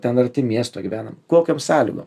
ten arti miesto gyvenam kokiom sąlygom